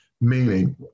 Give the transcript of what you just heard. meaning